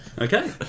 Okay